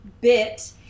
bit